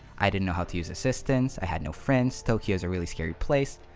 i didn't know how to use assistants, i had no friends, tokyo is a really scary place,